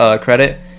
credit